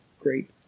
great